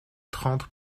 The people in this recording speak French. trente